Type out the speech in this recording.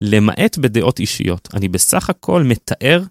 למעט בדיעות אישיות, אני בסך הכל מתאר